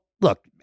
look